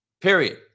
Period